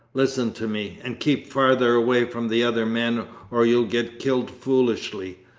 listen to me, and keep farther away from the other men or you'll get killed foolishly.